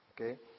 okay